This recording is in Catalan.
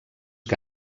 que